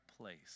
place